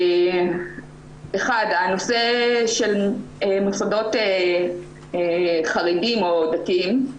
הנושא של מוסדות חרדים או דתיים.